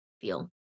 feel